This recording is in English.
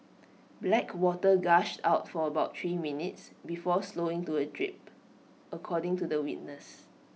black water gushed out for about three minutes before slowing to A drip according to the witness